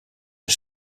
een